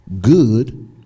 good